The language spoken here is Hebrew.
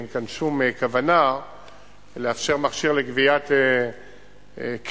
אין כאן שום כוונה לאפשר מכשיר לגביית כסף